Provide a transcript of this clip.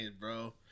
bro